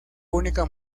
única